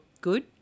good